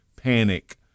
panic